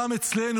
גם אצלנו,